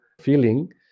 feeling